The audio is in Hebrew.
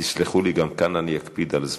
תסלחו לי, גם כאן אני אקפיד על זמן: